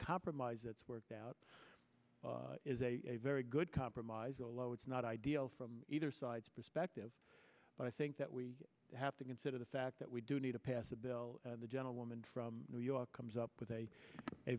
compromise that's worked out is a very good compromise orlow it's not ideal from either side perspective but i think that we have to consider the fact that we do need to pass a bill the gentlewoman from new york comes up with a a